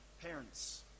parents